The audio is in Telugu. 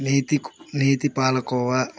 నేతిక్ నేతి పాలకోవా